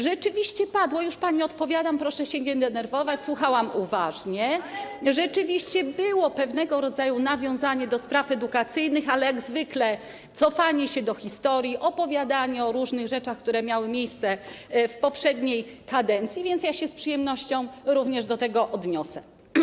Rzeczywiście padło - już pani odpowiadam, proszę się nie denerwować, słuchałam uważnie - rzeczywiście było pewnego rodzaju nawiązanie do spraw edukacyjnych, ale jak zwykle cofanie się do historii, opowiadanie o różnych rzeczach, które miały miejsce w poprzedniej kadencji, więc ja się z przyjemnością również do tego odniosę.